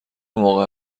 موقع